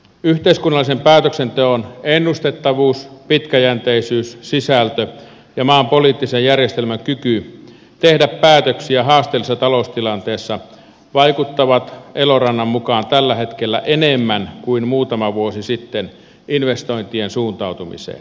yhteiskunnallisen päätöksenteon ennustettavuus pitkäjänteisyys sisältö ja maan poliittisen järjestelmän kyky tehdä päätöksiä haasteellisessa taloustilanteessa vaikuttavat elorannan mukaan tällä hetkellä enemmän kuin muutama vuosi sitten investointien suuntautumiseen